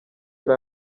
yari